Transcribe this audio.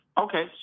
Okay